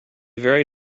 very